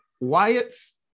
Wyatt's